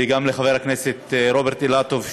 וגם לחבר הכנסת רוברט אילטוב,